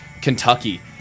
Kentucky